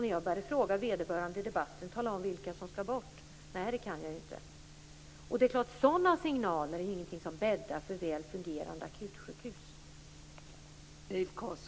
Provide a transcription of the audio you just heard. När jag frågade vederbörande i debatten vilka som skulle bort, kunde han naturligtvis inte svara på det. Sådana signaler bäddar inte för väl fungerande akutsjukhus.